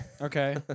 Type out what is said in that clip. Okay